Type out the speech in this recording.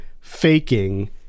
faking